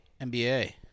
NBA